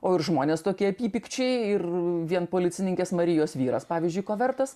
o ir žmonės tokie apypikčiai ir vien policininkės marijos vyras pavyzdžiui ko vertas